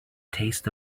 taste